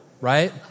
right